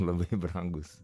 labai brangus